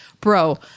Bro